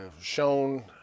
shown